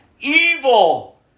Evil